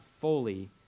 fully